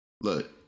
Look